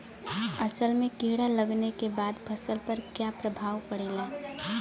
असल में कीड़ा लगने के बाद फसल पर क्या प्रभाव पड़ेगा?